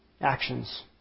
actions